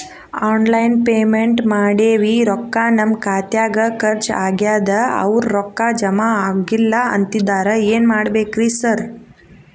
Online payment ಮಾಡೇವಿ ರೊಕ್ಕಾ ನಮ್ ಖಾತ್ಯಾಗ ಖರ್ಚ್ ಆಗ್ಯಾದ ಅವ್ರ್ ರೊಕ್ಕ ಜಮಾ ಆಗಿಲ್ಲ ಅಂತಿದ್ದಾರ ಏನ್ ಮಾಡ್ಬೇಕ್ರಿ ಸರ್?